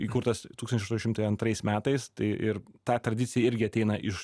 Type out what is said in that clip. įkurtas tūkstantis aštuoni šimtai antrais metais tai ir ta tradicija irgi ateina iš